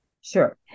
Sure